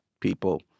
people